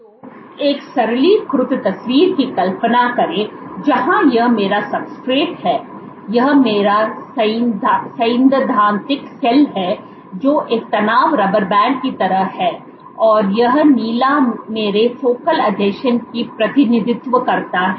तो एक सरलीकृत तस्वीर की कल्पना करें जहां यह मेरा सब्सट्रेट है यह मेरा सैद्धांतिक सेल है जो एक तनाव रबर बैंड की तरह है और यह नीला मेरे फोकल आसंजन का प्रतिनिधित्व करता है